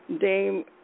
Dame